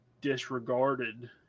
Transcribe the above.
disregarded